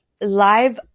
live